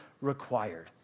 required